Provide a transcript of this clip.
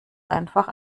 einfach